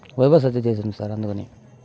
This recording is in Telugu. బైపాస్ సర్జరీ చేసి ఉంది సార్ అందుకని